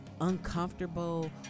uncomfortable